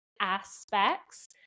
aspects